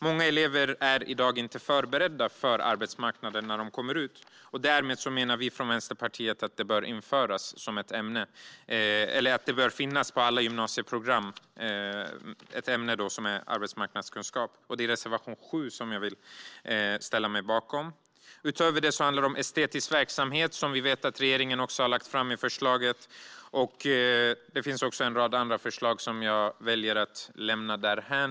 Många elever är i dag inte förberedda för arbetsmarknaden när de kommer ut, och vi i Vänsterpartiet menar därför att ämnet arbetsmarknadskunskap bör finnas på alla gymnasieprogram. Jag vill alltså yrka bifall till reservation 7. Utöver detta handlar det om estetisk verksamhet, som vi vet att regeringen har lagt fram i förslaget. Det finns också en rad andra förslag, som jag dock väljer att lämna därhän.